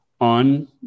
on